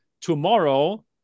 tomorrow